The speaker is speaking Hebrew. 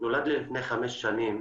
נולד לי לפני חמש שנים